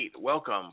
Welcome